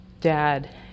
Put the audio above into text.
Dad